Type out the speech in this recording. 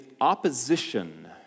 opposition